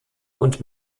und